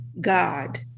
God